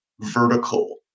vertical